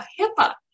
HIPAA